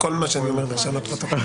כל מה שאני אומר נרשם בפרוטוקול.